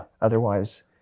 otherwise